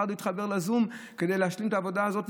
והיא עוד צריכה להתחבר לזום כדי להשלים את העבודה הזאת.